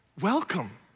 Welcome